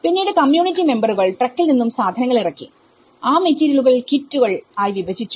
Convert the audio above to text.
പിന്നീട് കമ്മ്യൂണിറ്റി മെമ്പറുകൾ community members ട്രക്കിൽ നിന്നും സാധനങ്ങൾ ഇറക്കി ആ മെറ്റീരിയലുകൾ കിറ്റുകൾ ആയി വിഭജിച്ചു